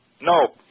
No